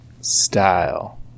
style